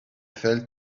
fell